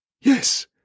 Yes